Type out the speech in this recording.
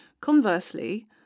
Conversely